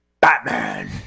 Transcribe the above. Batman